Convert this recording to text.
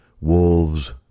Wolves